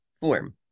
form